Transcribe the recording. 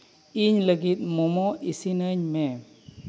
ᱤᱧ ᱞᱟᱹᱜᱤᱫ ᱢᱳᱢᱳ ᱤᱥᱤᱱᱟᱹᱧ ᱢᱮ